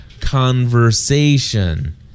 conversation